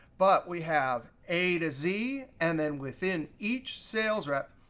but we have a to z, and then within each sales rep,